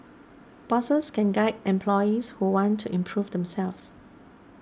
bosses can guide employees who want to improve themselves